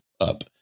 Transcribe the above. up